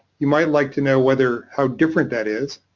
you might like to know whether how different that is